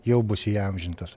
jau bus įamžintas